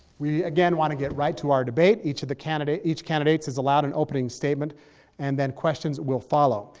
we again want to get right to our debate. each of the candidate, each candidates is allowed an opening statement and then questions will follow.